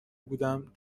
بودم